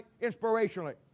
inspirationally